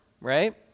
right